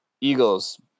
Eagles